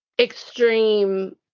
extreme